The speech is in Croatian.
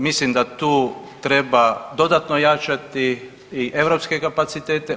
Mislim da tu treba dodatno jačati i europske kapacitete.